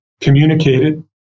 communicated